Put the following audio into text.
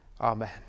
Amen